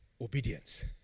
obedience